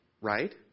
right